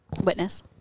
Witness